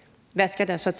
over, i forhold